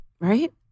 Right